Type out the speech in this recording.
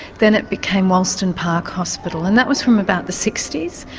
then it became wolston park hospital and that was from about the sixty s,